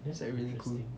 that's like really cool